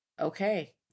Okay